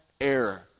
error